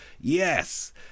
Yes